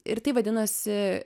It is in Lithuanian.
ir tai vadinosi